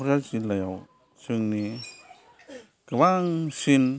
क'क्राझार जिल्लायाव जोंनि गोबांसिन